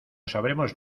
sabremos